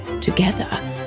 together